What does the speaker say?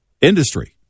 industry